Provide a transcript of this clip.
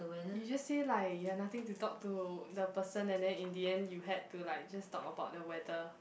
you just say like you have nothing to talk to the person and then in the end you had to like just talk about the weather